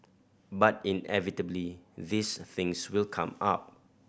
but inevitably these things will come up